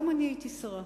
גם אני הייתי שרה,